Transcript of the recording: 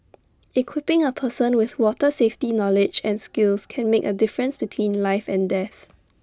equipping A person with water safety knowledge and skills can make A difference between life and death